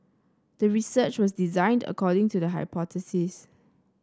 the research was designed according to the hypothesis